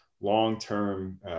long-term